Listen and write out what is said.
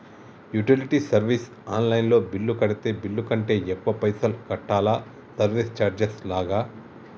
Utility service online లో bill కడితే bill కంటే ఎక్కువ పైసల్ కట్టాలా సర్వీస్ చార్జెస్ లాగా?